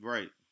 Right